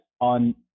on